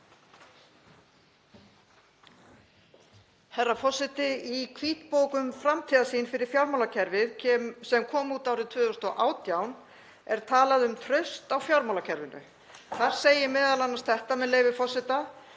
Herra forseti. Í hvítbók um framtíðarsýn fyrir fjármálakerfið sem kom út árið 2018 er talað um traust á fjármálakerfinu. Þar segir m.a. þetta, með leyfi forseta: